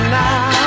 now